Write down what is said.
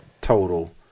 total